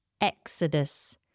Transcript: exodus